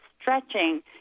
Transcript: stretching